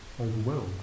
overwhelmed